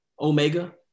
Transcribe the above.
Omega